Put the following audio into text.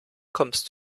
kommst